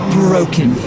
broken